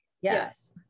yes